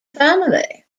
family